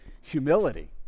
humility